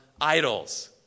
idols